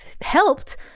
helped